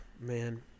man